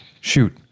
Shoot